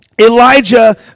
elijah